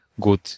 good